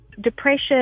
depression